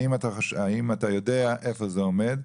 האם אתה יודע איפה זה עומד?